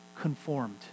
conformed